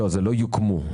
זה לא מרכזים שיוקמו,